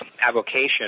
avocation